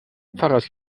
pfarrers